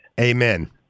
Amen